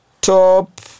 top